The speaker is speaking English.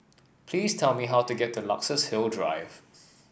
please tell me how to get to Luxus Hill Drives